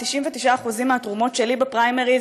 99% מהתרומות שלי בפריימריז